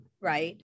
right